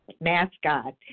mascot